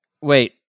Wait